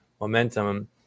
momentum